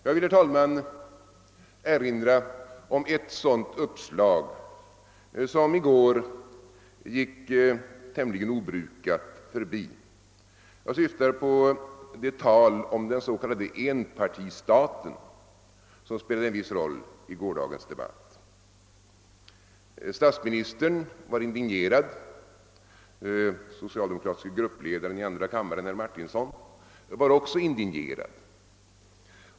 Jag vill, herr talman, erinra om ett sådant uppslag som i går gick tämligen obrukat förbi — jag syftar på det tal om den s.k. enpartistaten som spelade en viss roll i gårdagens debatt. Statsministern var indignerad, den socialdemokratiske gruppledaren i and ra kammaren herr Martinsson var också indignerad.